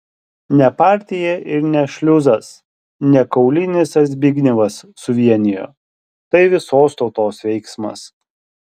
ne partija ir ne šliuzas ne kaulinis ar zbignevas suvienijo tai visos tautos veiksmas